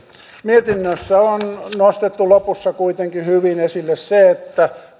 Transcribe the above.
mietinnössä on nostettu lopussa kuitenkin hyvin esille se että